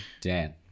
Dan